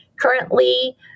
currently